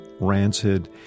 rancid